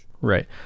right